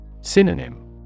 Synonym